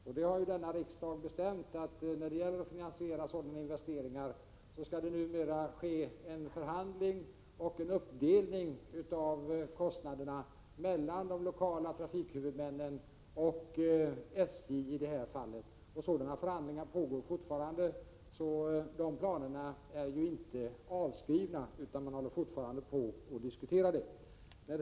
Riksdagen har ju bestämt att det i fråga om finansiering av sådana investeringar numera skall ske en förhandling och en uppdelning av kostnaderna mellan de lokala trafikhuvudmännen och, som i detta fall, SJ. Sådana förhandlingar pågår fortfarande. De planerna är ännu inte avskrivna, utan man håller fortfarande på att diskutera dem.